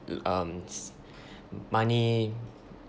um s~ money